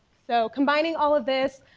so combining all of this,